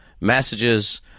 messages